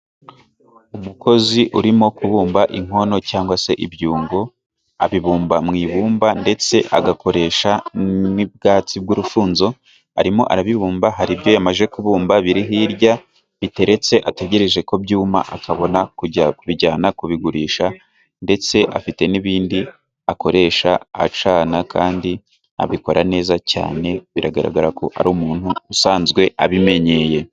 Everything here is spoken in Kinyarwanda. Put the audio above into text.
Umukozi urimo kubumba inkono cyangwa se ibyungo， abibumba mu ibumba ndetse agakoresha n'ubwatsi bw'urufunzo， arimo arabibumba， hari ibyo yamaze kubumba biri hirya biteretse， ategereje ko byuma akabona kujya kubijyana kubigurisha， ndetse afite n'ibindi akoresha acana， kandi abikora neza cyane， biragaragara ko ari umuntu usanzwe abimenyeye.